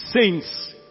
saints